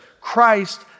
Christ